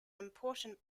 important